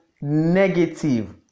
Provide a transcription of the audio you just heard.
negative